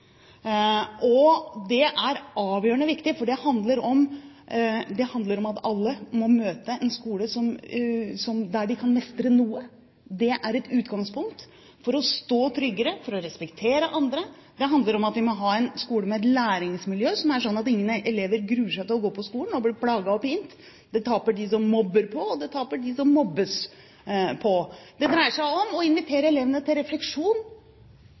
verden. Det er avgjørende viktig, for det handler om at alle må møte en skole der de kan mestre noe. Det er et utgangspunkt for å stå tryggere og for å respektere andre. Det handler om at vi må ha en skole med et læringsmiljø som er slik at ingen elever gruer seg til å gå på skolen og bli plaget og pint. Det taper de som mobber på, og det taper de som mobbes på. Det dreier seg om å invitere elevene til refleksjon.